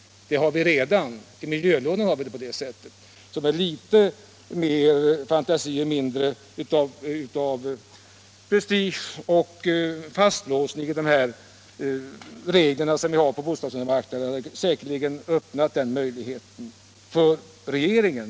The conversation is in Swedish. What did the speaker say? Det är redan på det sättet när det gäller miljölånen, så med litet mera fantasi och mindre prestige och fastlåsning vid reglerna på bostadsmarknaden hade den möjligheten säkerligen öppnats redan för regeringen.